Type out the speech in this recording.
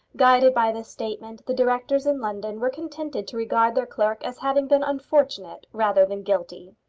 guided by this statement, the directors in london were contented to regard their clerk as having been unfortunate rather than guilty.